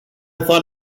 thought